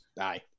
Aye